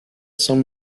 some